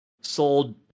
sold